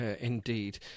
Indeed